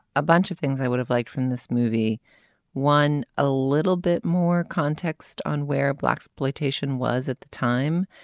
a bunch of things i would have liked from this movie one a little bit more context on where blaxploitation was at the time.